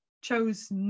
chose